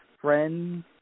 friends